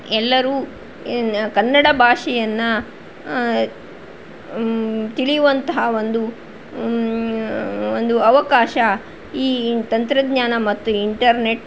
ಎಲ್ಲರೂ ಕನ್ನಡ ಭಾಷೆಯನ್ನ ತಿಳಿಯುವಂತಹ ಒಂದು ಒಂದು ಅವಕಾಶ ಈ ತಂತ್ರಜ್ಞಾನ ಮತ್ತು ಇಂಟರ್ನೆಟ್